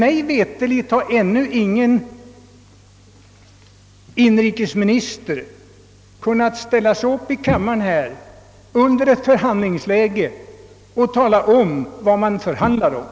Mig veterligen har dock ännu ingen inrikesminister kunnat stå upp här i kammaren medan förhandlingar pågår och tala om vad man förhandlar om.